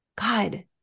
God